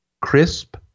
crisp